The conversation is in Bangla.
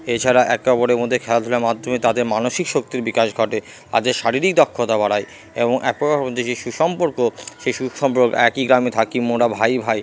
এছাড়া একে অপরের মধ্যে খেলাধুলার মাধ্যমে তাদের মানসিক শক্তির বিকাশ ঘটে তাদের শারীরিক দক্ষতা বাড়ায় এবং একতার মধ্যে যে সুসম্পর্ক সেই সুসম্পর্কগুলো একই গ্রামে থাকি মোরা ভাই ভাই